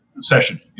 session